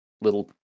little